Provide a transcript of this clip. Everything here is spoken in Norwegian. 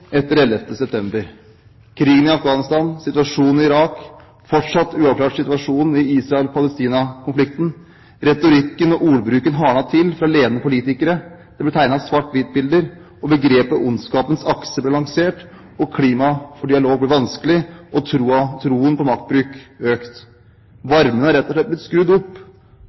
etter 11. september: krigen i Afghanistan, situasjonen i Irak, fortsatt uavklart situasjon i Israel-Palestina-konflikten. Retorikken og ordbruken hardnet til fra ledende politikere. Det ble tegnet svart-hvitt-bilder, og begrepet «ondskapens akse» ble lansert. Klimaet for dialog ble vanskelig, og troen på maktbruk økte. Varmen har ble rett og slett skrudd opp,